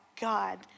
God